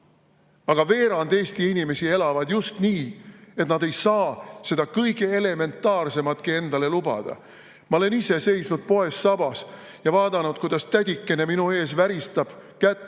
veerand Eesti inimestest elavad just nii, et nad ei saa seda kõige elementaarsematki endale lubada. Ma olen ise seisnud poes sabas ja vaadanud, kuidas tädikene minu ees väristab kätt